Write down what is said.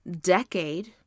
decade